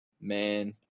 man